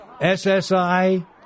SSI